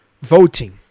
voting